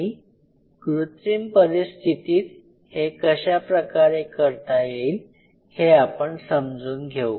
आणि कृत्रिम परिस्थितीत हे कशाप्रकारे करता येईल हे आपण समजून घेऊ